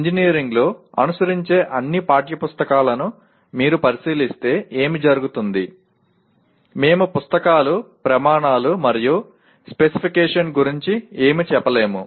ఇంజనీరింగ్లో అనుసరించే అన్ని పాఠ్య పుస్తకాలను మీరు పరిశీలిస్తే ఏమి జరుగుతుంది మేము పుస్తకాలు ప్రమాణాలు మరియు స్పెసిఫికేషన్ గురించి ఏమీ చెప్పలేము